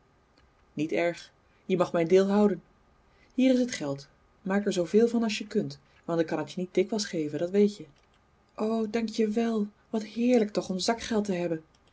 niet erg je mag mijn deel houden hier is het geld maak er zooveel van als je kunt want ik kan t je niet dikwijls geven dat weet je o dank je wel wat heerlijk toch om zakgeld te hebben